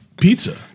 pizza